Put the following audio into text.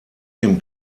dem